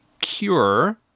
cure